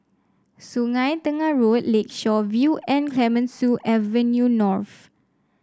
Sungei Tengah Road Lakeshore View and Clemenceau Avenue North